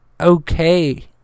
okay